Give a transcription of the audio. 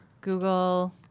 Google